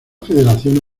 federación